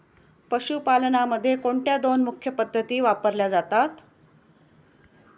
पशुपालनामध्ये कोणत्या दोन मुख्य पद्धती वापरल्या जातात?